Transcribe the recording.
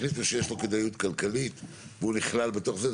החליטו שיש לו כדאיות כלכלית והוא נכלל בכל זה,